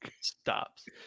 Stops